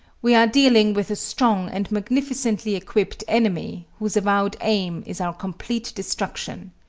we are dealing with a strong and magnificently equipped enemy, whose avowed aim is our complete destruction.